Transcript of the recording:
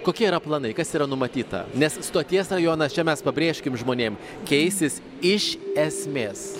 kokie yra planai kas yra numatyta nes stoties rajonas čia mes pabrėžkim žmonėm keisis iš esmės